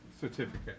certificate